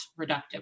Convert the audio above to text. reductive